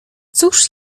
cóż